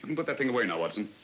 but that thing away now, watson.